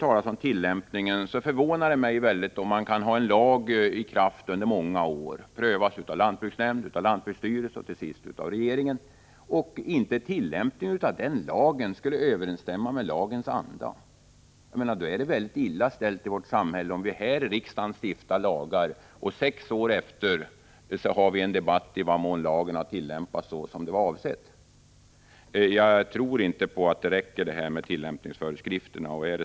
Beträffande tillämpningen förvånar det mig mycket om en lag kan vara i kraft under många år, då den prövats av lantbruksnämnd, av lantbruksstyrelse och till sist av regeringen, och man sedan kan säga att tillämpningen av den inte skulle överensstämma med lagens anda. Det är mycket illa ställt i vårt samhälle om vi här i riksdagen stiftar lagar och sex år efteråt debatterar i vad mån lagen har tillämpats så som det var avsett. Jag tror inte att detta med tillämpningsföreskrifterna räcker.